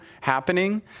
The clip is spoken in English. happening